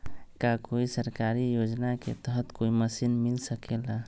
का कोई सरकारी योजना के तहत कोई मशीन मिल सकेला?